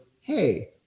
Hey